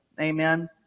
Amen